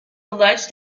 alleged